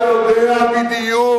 אתה יודע בדיוק